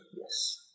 Yes